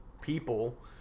people